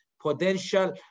potential